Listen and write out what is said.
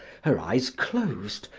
her eyes closed,